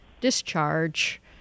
discharge